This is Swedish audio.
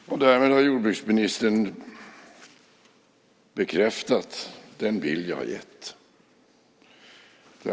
Fru talman! Därmed har jordbruksministern bekräftat den bild jag har gett.